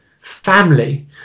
family